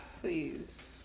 Please